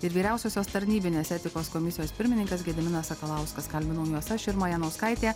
ir vyriausiosios tarnybinės etikos komisijos pirmininkas gediminas sakalauskas kalbinau juos aš irma janauskaitė